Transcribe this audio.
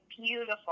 beautiful